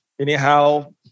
Anyhow